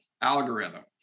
algorithm